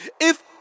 If